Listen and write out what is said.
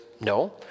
no